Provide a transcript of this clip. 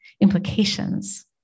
implications